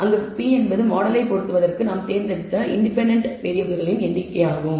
அங்கு p என்பது மாடலை பொருத்துவதற்கு நாம் தேர்ந்தெடுத்த இன்டெபென்டென்ட் வேறியபிள்களின் எண்ணிக்கையாகும்